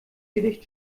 gedicht